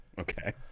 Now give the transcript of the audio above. Okay